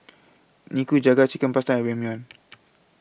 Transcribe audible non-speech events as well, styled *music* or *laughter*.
Nikujaga Chicken Pasta and Ramyeon *noise*